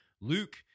Luke